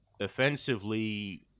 offensively